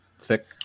Thick